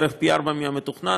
בערך פי ארבעה מהמתוכנן.